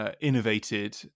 Innovated